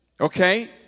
Okay